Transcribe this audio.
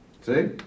See